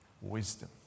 Wisdom